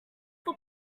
for